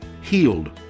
healed